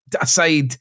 aside